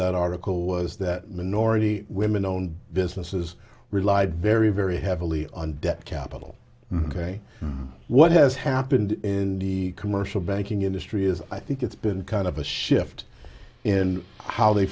that article was that minority women owned businesses rely very very heavily on debt capital ok what has happened in the commercial banking industry is i think it's been kind of a shift in how they